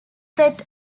set